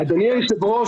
אדוני היושב ראש,